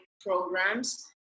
programs